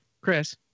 Chris